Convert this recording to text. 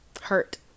hurt